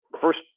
first